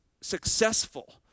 successful